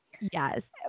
Yes